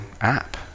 app